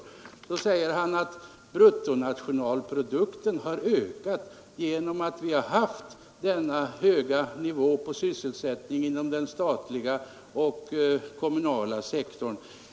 Vidare säger herr Arne Pettersson att bruttonationalprodukten har ökat genom att vi haft denna höga nivå på sysselsättningen inom den statliga och kommunala sektorn.